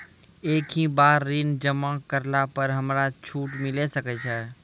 एक ही बार ऋण जमा करला पर हमरा छूट मिले सकय छै?